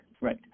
right